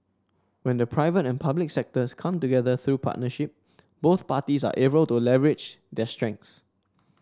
when the private and public sectors come together through partnership both parties are able to leverage their strengths